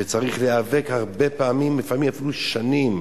וצריך להיאבק הרבה פעמים, לפעמים אפילו שנים,